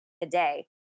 today